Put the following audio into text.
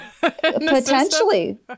Potentially